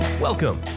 Welcome